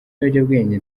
ibiyobyabwenge